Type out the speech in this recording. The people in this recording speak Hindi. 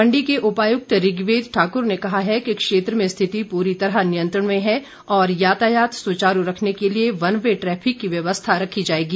मण्डी के उपायुक्त ऋग्वेद ठाकुर ने कहा है कि क्षेत्र में स्थिति पूरी तरह नियंत्रण में है और यातायात सुचारू रखने के लिए वन वे ट्रैफिक की व्यवस्था रखी जाएगी